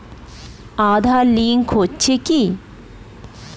Aadhaar link হচ্ছে কি?